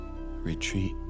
retreat